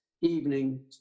evening